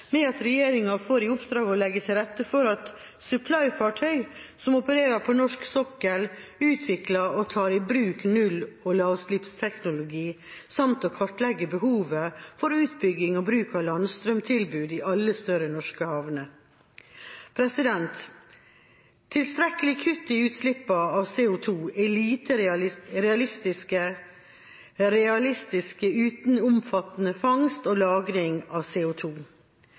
ved at regjeringa får i oppdrag å legge til rette for at supply-fartøy som opererer på norsk sokkel, utvikler og tar i bruk null- og lavutslippsteknologi samt å kartlegge behovet for utbygging og bruk av landstrømtilbud i alle større norske havner. Tilstrekkelig kutt i utslipp av CO2 er lite realistisk uten omfattende fangst og lagring av